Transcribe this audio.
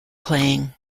playing